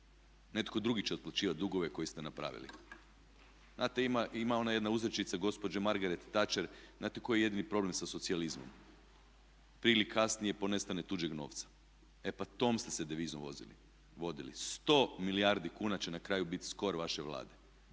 Netko drugi će otplaćivati dugove koje ste napravili. Znate ima ona jedna uzrečica gospođe Margaret Thatcher, znate koji je jedini problem sa socijalizmom? Prije ili kasnije ponestane tuđeg novca. E pa tom ste se devizom vodili. Sto milijardi kuna će na kraju biti skor vaše Vlade.